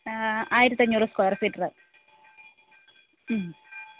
ആയിരത്തഞ്ഞൂറ് സ്കൊയര് ഫീറ്ററോ ഉം